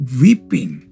weeping